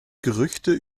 gerüchte